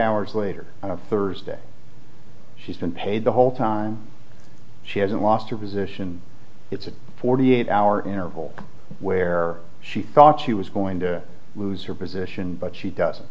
hours later thursday she's been paid the whole time she hasn't lost her position it's a forty eight hour interval where she thought she was going to lose her position but she doesn't